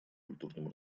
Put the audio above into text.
культурным